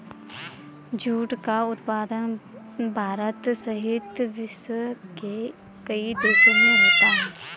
jute का उत्पादन भारत सहित विश्व के कई देशों में होता है